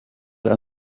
are